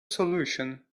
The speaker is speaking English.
solution